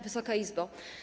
Wysoka Izbo!